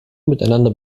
miteinander